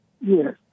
Yes